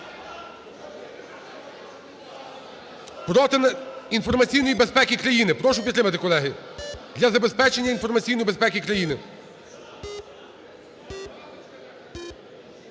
Проти інформаційної безпеки країни. Прошу підтримати, колеги, для забезпечення інформації безпеки країни.